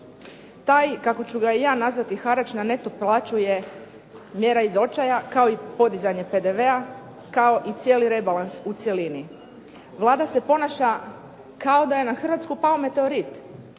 Taj kako ću ga i ja nazvati harač na neto plaću je mjera iz očaja, kao i podizanje PDV-a, kao i cijeli rebalans u cjelini. Vlada se ponaša kao da je na Hrvatsku pao meteorit.